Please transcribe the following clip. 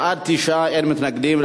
בעד, 9, אין מתנגדים.